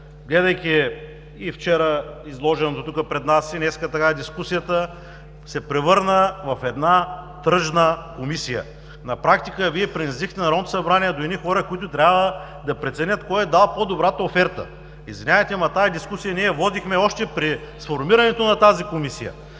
гледайки и вчера изложеното тук пред нас, и днес дискусията, се превърна в една тръжна комисия. На практика Вие принизихте Народното събрание до едни хора, които трябва да преценят кой е дал по-добрата оферта. Извинявайте, ама тази дискусия я водихме още при сформирането на тази Комисия,